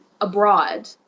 abroad